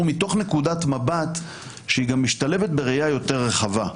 מתוך נקודת המבט שהיא גם משתלבת בראייה היותר רחבה.